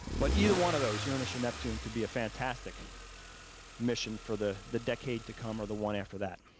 but either one of those, uranus or neptune, could be a fantastic mission for the the decade to come or the one after that.